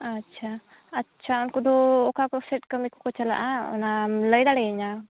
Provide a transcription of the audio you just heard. ᱟᱪᱪᱷᱟ ᱟᱪᱪᱷᱟ ᱩᱱᱠᱩ ᱫᱚ ᱚᱠᱟ ᱠᱚᱥᱮᱫ ᱠᱟᱹᱢᱤ ᱠᱚ ᱠᱚ ᱪᱟᱞᱟᱜᱼᱟ ᱚᱱᱟᱢ ᱞᱟᱹᱭᱫᱟᱲᱮᱭᱟᱹᱧᱟᱹ